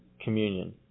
communion